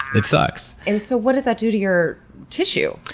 it sucks. and so what does that do to your tissue?